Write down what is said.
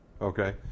okay